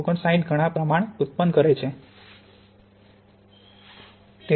59 ગણા પ્રમાણ ઉત્પન્ન કરે છે